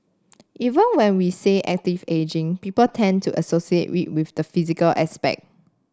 even when we say active ageing people tend to associate it with the physical aspect